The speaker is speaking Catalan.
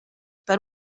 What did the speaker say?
per